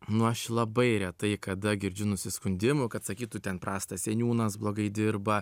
nu aš labai retai kada girdžiu nusiskundimų kad sakytų ten prastas seniūnas blogai dirba